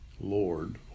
Lord